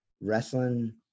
wrestling